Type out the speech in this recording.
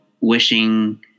wishing